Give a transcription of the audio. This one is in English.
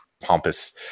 pompous